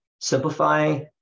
Simplify